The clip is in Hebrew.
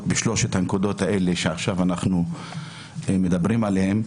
בשלוש הנקודות האלה שעכשיו אנחנו מדברים עליהן.